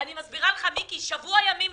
אני מסבירה לך השר שבוע בתפקיד.